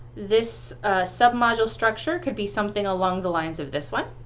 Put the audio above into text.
this sub module structure could be something along the lines of this one,